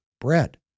Bread